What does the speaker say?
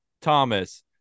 Thomas